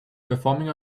performing